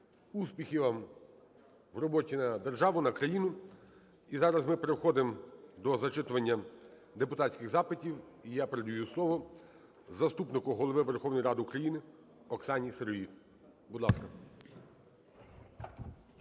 Успіхів вам у роботі на державу, на країну. І зараз ми переходимо до зачитування депутатських запитів. І я передаю слово заступнику Голови Верховної Ради України Оксані Сироїд. Будь ласка.